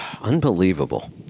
Unbelievable